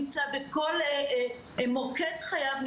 כל מוקד חייו,